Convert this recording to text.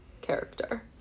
character